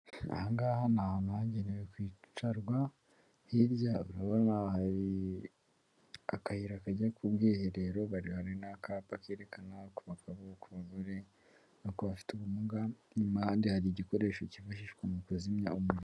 Aha ngaha ni ahantu hagenewe kwicarwa, hirya urabona hari akayira kajya ku bwiherero, hari n'akapa kerekana ku bagabo, ku bagore, yuko bafite ubumuga, hari igikoresho kifashishwa mu kuzimya umuriro.